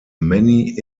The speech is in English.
many